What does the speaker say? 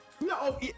No